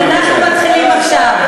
מתחילים עכשיו.